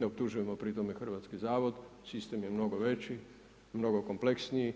Ne optužujemo pri tome Hrvatski zavod, sistem je mnogo veći, mnogo kompleksniji,